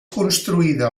construïda